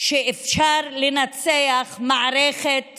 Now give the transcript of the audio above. שאפשר לנצח מערכת